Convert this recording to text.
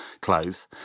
clothes